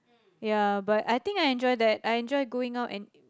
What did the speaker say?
ya but I enjoy that I enjoy going out and